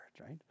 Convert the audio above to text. right